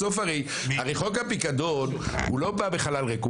בסוף הרי, הרי חוק הפיקדון הוא לא בא בחלל ריק.